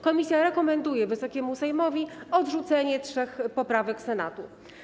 Komisja rekomenduje Wysokiemu Sejmowi odrzucenie trzech poprawek Senatu.